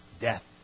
death